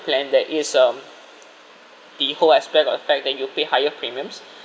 plan that is um the whole aspect of the fact that you pay higher premiums